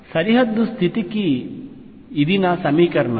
సరిహద్దు స్థితికి ఇది నా ఇతర సమీకరణం